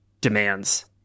demands